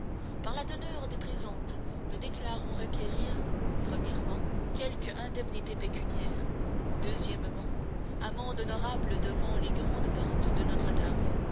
par la teneur des présentes nous déclarons requérir premièrement quelque indemnité pécuniaire deuxièmement amende honorable devant les grandes portes de notre-dame